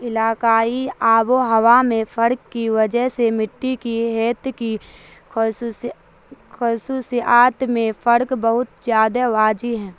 علاقائی آب و ہوا میں فرق کی وجہ سے مٹی کی ہئیت کی خصوصی خصوصیات میں فرق بہت زیادہ واضح ہے